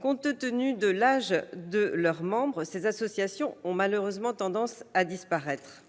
Compte tenu de l'âge de leurs membres, ces associations ont malheureusement tendance à disparaître.